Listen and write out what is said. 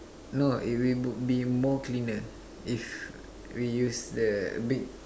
no it will would be more cleaner if we use the big